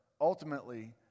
Ultimately